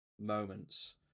moments